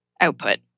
output